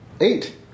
Eight